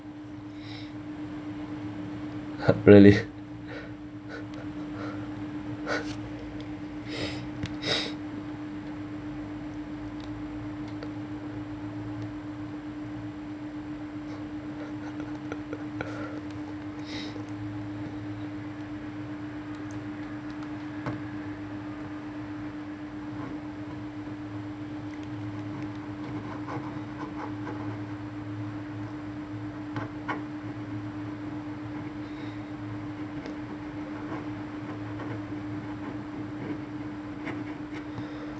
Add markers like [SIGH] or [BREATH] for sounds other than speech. [BREATH] [LAUGHS] really [LAUGHS]